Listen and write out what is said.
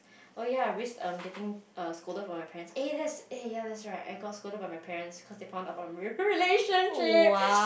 oh ya risk um getting err scolded from my parents eh that's eh ya that's right I got scolded by my parents cause they found out about relationship